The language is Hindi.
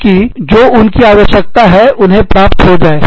ताकि जो उनकी आवश्यकता है उन्हें प्राप्त हो जाए